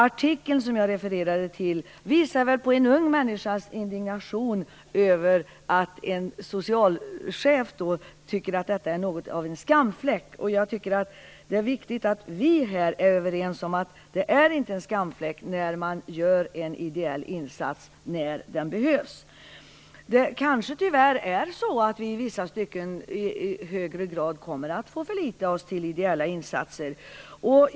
Artikeln som jag refererade till visar väl på en ung människas indignation över att en socialchef tycker att det här är något av en skamfläck. Jag tycker att det är viktigt att vi här är överens om att det inte är någon skamfläck att man gör en ideell insats när den behövs. Det kanske tyvärr är så att vi i högre grad kommer att få förlita oss till ideella insatser.